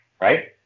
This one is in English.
right